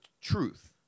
Truth